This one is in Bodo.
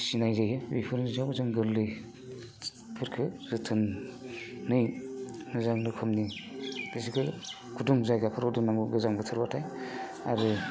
फिनाय जायो बेफोरखो गोरलैफोरखो जोथोन मोजाङै मोजां रोखोमनि बिदिखौ गुदुं जायगाफ्राव दोननांगौ गोजां बोथोरब्लाथाय आरो